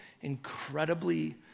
incredibly